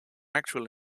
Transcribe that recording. actual